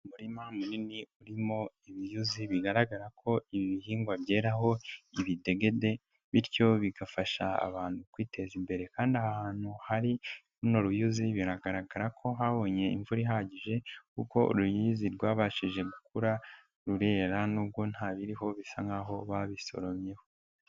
Umurima munini urimo ibiyuzi, bigaragara ko ibihingwa byeho ibidegede, bityo bigafasha abantu kwiteza imbere kandi ahantu hari runo ruyuzi biragaragara ko habonye imvura ihagije kuko uruyuzi rwabashije gukura, rurera n'ubwo ntabiriho, bisa nk'aho babisoromyeho.